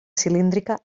cilíndrica